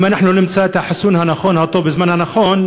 אם אנחנו לא נמצא את החיסון הנכון או הטוב בזמן הנכון,